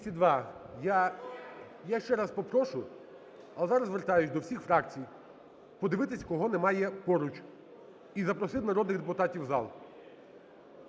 Я ще раз попрошу. А зараз звертаюся до всіх фракцій подивитися, кого немає поруч, і запросити народних депутатів в зал.